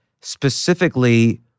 specifically